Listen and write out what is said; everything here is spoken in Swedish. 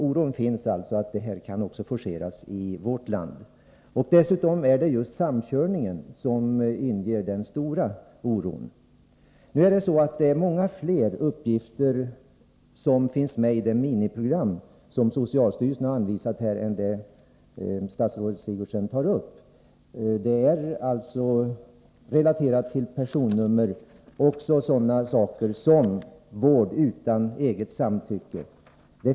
Oron finns alltså för att detta kan forceras också i vårt land. Dessutom är det just samkörningen som inger den stora oron. Det finns många fler uppgifter med i det miniprogram som socialstyrelsen har anvisat än vad statsrådet Sigurdsen tar upp. Det är alltså relaterat till personnummer och sådana saker som vård utan eget samtycke.